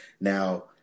Now